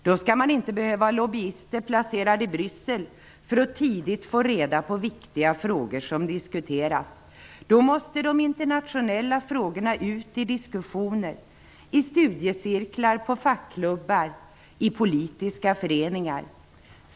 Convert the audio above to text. Då skall man inte behöva ha lobbyister placerade i Bryssel för att tidigt få reda på vilka viktiga frågor som diskuteras. Då måste de internationella frågorna ut till diskussion - i studiecirklar, på fackklubbar, i politiska föreningar.